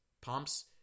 Pumps